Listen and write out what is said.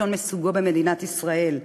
ראשון מסוגו במדינת ישראל.